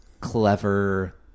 clever